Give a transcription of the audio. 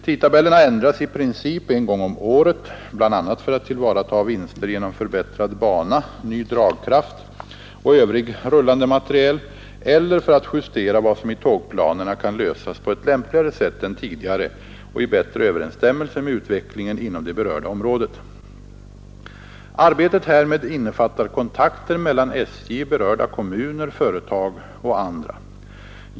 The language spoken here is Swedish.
Tidtabellerna ändras i princip en gång om året, bl.a. för att tillvarata vinster genom förbättrad bana, ny dragkraft och övrig rullande materiel eller för att justera vad som i tågplanerna kan lösas på ett lämpligare sätt än tidigare och i bättre överensstämmelse med utvecklingen inom det berörda området. Arbetet härmed innefattar kontakter mellan SJ, berörda kommuner, företag och andra.